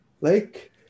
Lake